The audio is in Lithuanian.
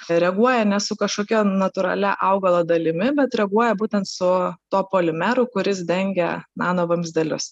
tai reaguoja ne su kažkokia natūralia augalo dalimi bet reaguoja būtent su tuo polimeru kuris dengia nano vamzdelius